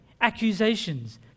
accusations